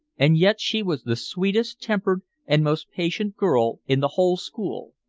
and yet she was the sweetest-tempered and most patient girl in the whole school.